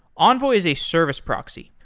envoy is a service proxy.